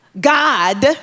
God